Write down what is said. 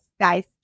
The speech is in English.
guys